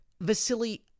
Vasily